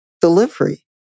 delivery